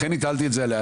לכן הטלתי את זה עליה.